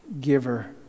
giver